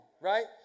right